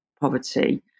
poverty